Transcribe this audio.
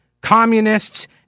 communists